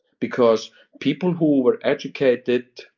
because people who were educated,